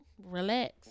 relax